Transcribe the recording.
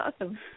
awesome